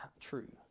true